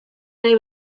nahi